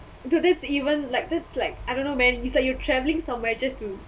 do this even like that's like I don't know man you start your travelling somewhere just to